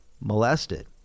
molested